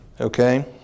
okay